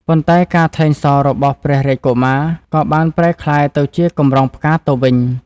ប៉ុន្តែការថ្លែងសររបស់ព្រះរាជកុមារ ក៏បានប្រែក្លាយទៅជាកម្រងផ្កាទៅវិញ។